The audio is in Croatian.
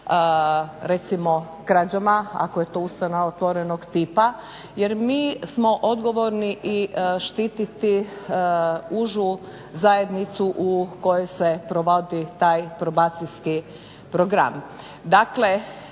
recimo krađama ako je to ustanova otvorenog tipa jer mi smo odgovorni i štititi užu zajednicu u kojoj se provodi taj probacijski program. Dakle